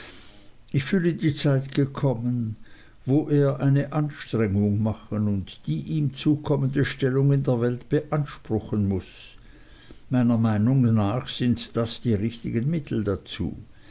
ich fühle die zeit gekommen wo er eine anstrengung machen und die ihm zukommende stellung in der welt beanspruchen muß meiner ansicht nach sind das die richtigen mittel dazu